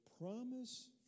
promise